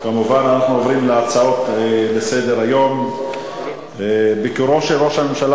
אנחנו עוברים להצעות לסדר-היום ביקורו של ראש הממשלה